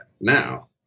now